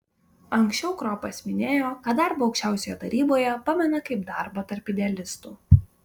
anksčiau kropas minėjo kad darbą aukščiausioje taryboje pamena kaip darbą tarp idealistų